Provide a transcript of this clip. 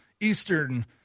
Eastern